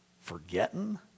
forgetting